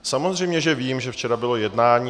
Samozřejmě že vím, že včera bylo jednání.